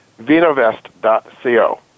vinovest.co